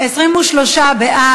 את הצעת חוק ביטוח בריאות ממלכתי (תיקון,